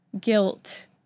guilt